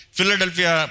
Philadelphia